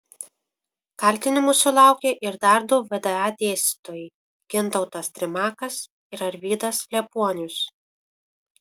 kaltinimų sulaukė ir dar du vda dėstytojai gintautas trimakas ir arvydas liepuonius